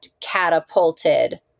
catapulted